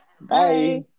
Bye